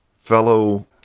fellow